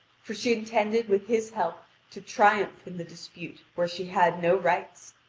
for she intended with his help to triumph in the dispute where she had no rights.